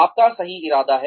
आपका सही इरादा है